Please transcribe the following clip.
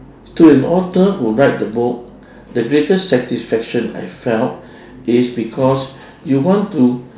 to an author who write the book the greatest satisfaction I felt is because you want to